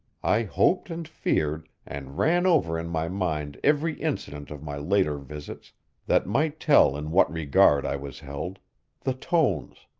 i hoped and feared, and ran over in my mind every incident of my later visits that might tell in what regard i was held the tones,